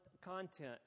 content